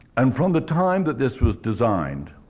um from the time that this was designed,